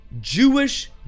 Jewish